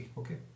okay